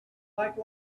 like